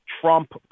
Trump